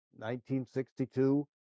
1962